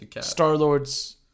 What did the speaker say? Star-Lord's